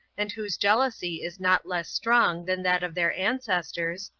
and whose jealousy is not less strong than that of their ancestors,